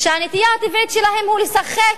שהנטייה הטבעית שלהן היא לשחק,